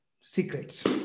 secrets